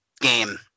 game